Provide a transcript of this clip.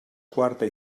quarta